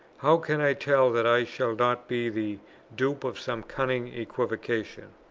how can i tell that i shall not be the dupe of some cunning equivocation.